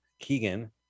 Keegan